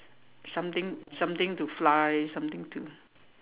something something to fly something to